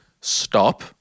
stop